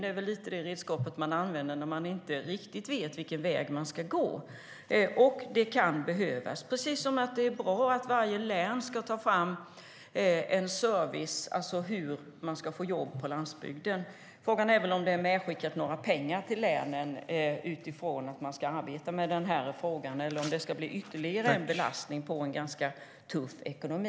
Det är lite det redskap man använder när man inte riktigt vet vilken väg man ska gå. Det kan behövas, precis som det är bra att varje län ska ta fram hur man ska få service och jobb på landsbygden. Frågan är om det är medskickat några pengar till länen utifrån att de ska arbeta med frågan eller om det ska bli ytterligare en belastning på en ganska tuff ekonomi.